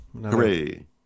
Hooray